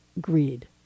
greed